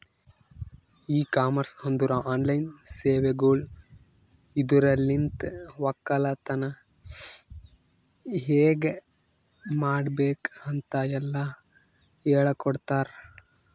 E commerce ಅಂದುರ್ online ಸೇವೆಗೊಳ್ ಇದುರಲಿಂತ್ ಒಕ್ಕಲತನ ಹೇಗ್ ಮಾಡ್ಬೇಕ್ ಅಂತ್ ಎಲ್ಲಾ ಹೇಳಕೊಡ್ತಾರ್